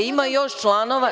Ima još članova.